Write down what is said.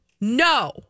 No